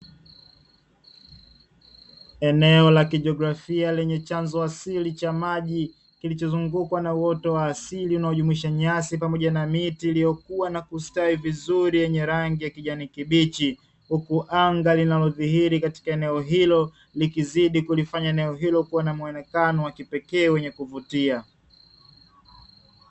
Eneo la kijografia lenye chanzo asili cha maji kilichozungukwa na uoto wa asili unaojumuisha nyasi pamoja na miti iliyokuwa na kustawi vizuri yenye rangi ya kijani kibichi, huku anga linalodhihiri katika eneo hilo likizidi kulifanya eneo hilo kuwa na muonekano wa kipekee wenye kuvutia.